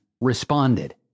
responded